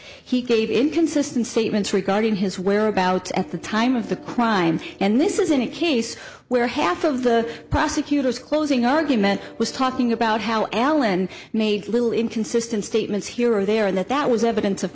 he gave inconsistent statements regarding his whereabouts at the time of the crime and this isn't a case where half of the prosecutor's closing argument was talking about how allen made little inconsistent statements here or there and that that was evidence of